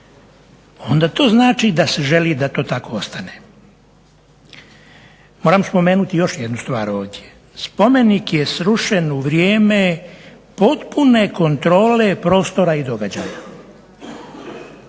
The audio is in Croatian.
onda to znači da se to želi da tako ostane. Moram spomenuti još jednu stvar ovdje. spomenik je srušen u vrijeme potpune kontrole prostora i događaja.